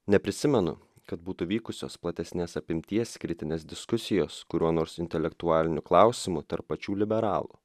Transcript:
neprisimenu kad būtų vykusios platesnės apimties kritinės diskusijos kuriuo nors intelektualiniu klausimu tarp pačių liberalų